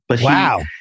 Wow